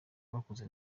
bakoze